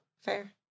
Fair